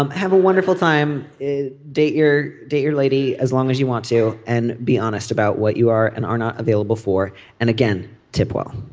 um have a wonderful time. date your date your lady. as long as you want to and be honest about what you are and are not available for and again tip well.